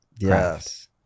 Yes